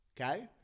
okay